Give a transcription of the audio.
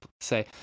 say